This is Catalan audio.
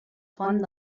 font